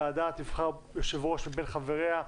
הוועדה תבחר יושב-ראש מבין החבריה,